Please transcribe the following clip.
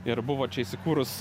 ir buvo čia įsikūrus